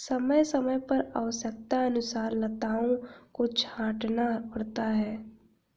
समय समय पर आवश्यकतानुसार लताओं को छांटना पड़ता है